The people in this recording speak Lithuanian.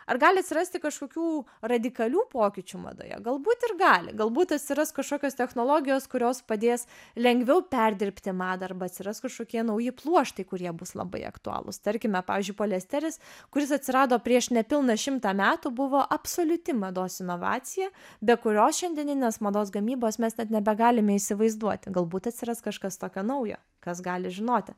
ar gali atsirasti kažkokių radikalių pokyčių madoje galbūt ir gali galbūt atsiras kažkokios technologijos kurios padės lengviau perdirbti madą arba atsiras kažkokie nauji pluoštai kurie bus labai aktualūs tarkime pavyzdžiui poliesteris kuris atsirado prieš nepilną šimtą metų buvo absoliuti mados inovacija be kurios šiandieninės mados gamybos mes net nebegalime įsivaizduoti galbūt atsiras kažkas tokio naujo kas gali žinoti